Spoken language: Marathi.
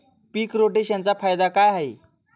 पीक रोटेशनचा फायदा काय आहे?